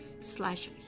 slash